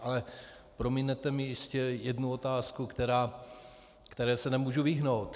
Ale prominete mi jistě jednu otázku, které se nemohu vyhnout.